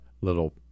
little